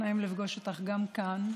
נעים לפגוש אותך גם כאן.